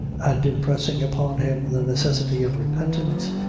and impressing upon him the necessity of repentance,